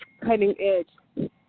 cutting-edge